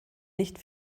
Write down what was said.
nicht